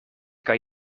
kan